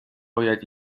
باید